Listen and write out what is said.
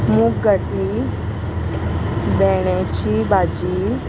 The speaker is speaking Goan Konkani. मुघाटी भेंड्याची भाजी